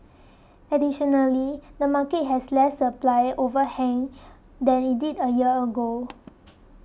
additionally the market has less supply overhang than it did a year ago